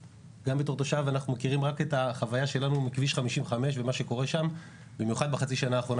אני מדבר בשם פורום 55. זה פורום שהוקם בחצי שנה האחרונה